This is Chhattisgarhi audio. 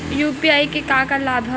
यू.पी.आई के का का लाभ हवय?